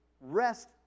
rest